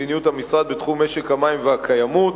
מדיניות המשרד בתחום משק המים והקיימות.